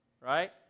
right